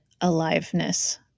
aliveness